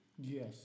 Yes